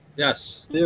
Yes